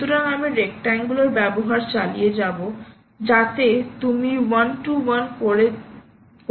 সুতরাং আমি রেক্ট্যাঙ্গুলার ব্যবহার চালিয়ে যাব যাতে তুমি ওয়ান টু ওয়ান করে করতে পারো